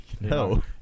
No